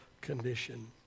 condition